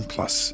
Plus